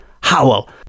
Howell